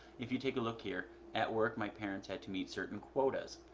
if you take a look here at work my parents had to meet certain quotas.